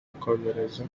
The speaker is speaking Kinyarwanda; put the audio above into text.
akomereza